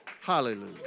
Hallelujah